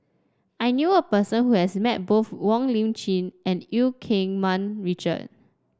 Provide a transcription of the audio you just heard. I knew a person who has met both Wong Lip Chin and Eu Keng Mun Richard